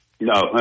No